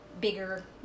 bigger